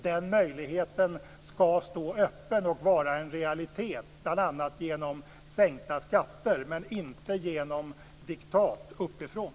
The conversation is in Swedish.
Den möjligheten skall stå öppen och vara en realitet, bl.a. genom sänkta skatter - inte genom diktat uppifrån.